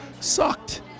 sucked